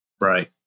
Right